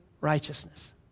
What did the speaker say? righteousness